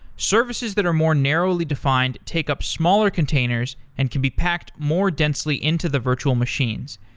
services that are more narrowly defined take up smaller containers and could be packed more densely into the virtual machines,